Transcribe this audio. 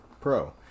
Pro